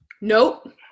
Nope